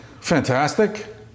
Fantastic